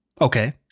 Okay